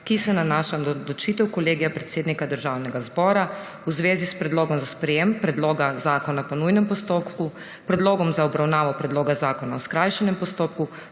ki se nanaša na določitev Kolegija predsednika Državnega zbora v zvezi s predlogom za sprejem predloga zakona po nujnem postopku, predlogom za obravnavo predloga zakona po skrajšanem postopku,